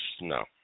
no